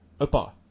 Opa